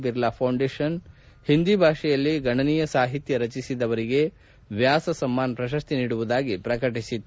Birla Foundation Hindi ಭಾಷೆಯಲ್ಲಿ ಗಣನೀಯ ಸಾಹಿತ್ಯ ರಚಿಸಿದವರಿಗೆ ವ್ಯಾಸ ಸಮ್ಮಾನ್ ಪ್ರಶಸ್ತಿ ನೀಡುವುದಾಗಿ ಪ್ರಕಟಿಸಿತ್ತು